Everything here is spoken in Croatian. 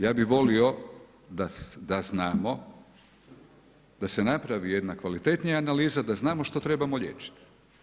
Ja bih volio da znamo da se napravi jedna kvalitetnija analiza da znamo što trebamo liječiti.